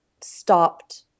stopped